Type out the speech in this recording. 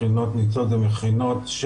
מכינות ניצוץ זה מכינות,